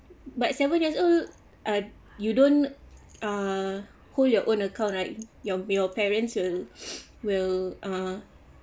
but seven years old uh you don't uh hold your own account right your your parents will will uh